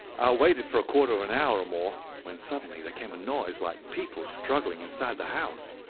waited for a quarter of an hour, or more, when suddenly there came a noise like people struggling inside the house.